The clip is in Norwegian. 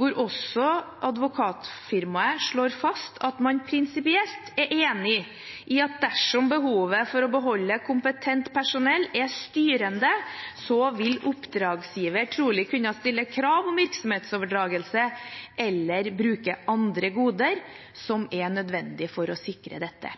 hvor også advokatfirmaet slår fast at man prinsipielt er enig i at dersom behovet for å beholde kompetent personell er styrende, vil oppdragsgiver trolig kunne stille krav om virksomhetsoverdragelse eller bruke andre goder som er nødvendige for å sikre dette.